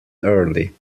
early